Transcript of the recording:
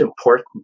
important